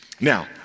now